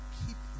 keep